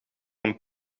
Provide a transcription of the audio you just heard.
een